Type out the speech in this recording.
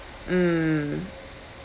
mm